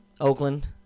Oakland